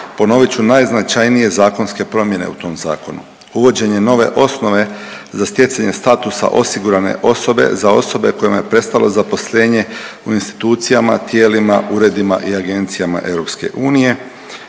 Ponovit ću najznačajnije zakonske promjene u tom Zakonu. Uvođenje nove osnove za stjecanje statusa osigurane osobe za osobe kojima je prestalo zaposlenje u institucijama, tijelima, uredima i agencijama EU,